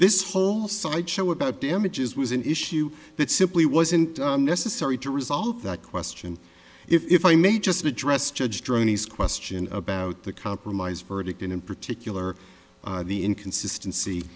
this whole sideshow about damages was an issue that simply wasn't necessary to resolve that question if i may just address judge draw nice question about the compromised verdict and in particular the inconsistency